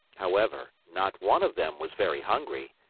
however, not one of them was very hungry.